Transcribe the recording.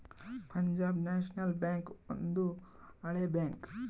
Punjab National Bank ಒಂದು ಹಳೆ bank